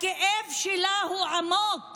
הכאב שלה הוא עמוק